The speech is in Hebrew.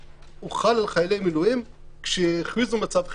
משהוחל על חיילי מילואים כשהכריזו מצב חירום,